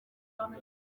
rwanda